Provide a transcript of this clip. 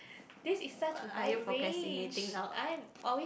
this is such a wide range I'm always